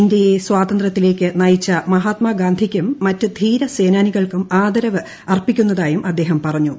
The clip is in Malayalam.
ഇന്ത്യയെ സ്വാതന്ത്രൃത്തിലേക്ക് നയിച്ച മഹാത്മാഗാന്ധിക്കും മറ്റ് ധീര സേനാനികൾക്കും ആദരവ് അർപ്പിക്കുന്നതായും അദ്ദേഹം പറഞ്ഞു